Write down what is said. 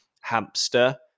hamster